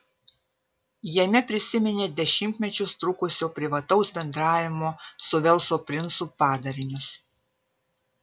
jame prisiminė dešimtmečius trukusio privataus bendravimo su velso princu padarinius